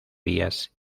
vías